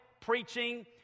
preaching